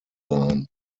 sein